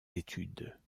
études